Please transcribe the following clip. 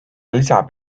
lisab